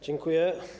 Dziękuję.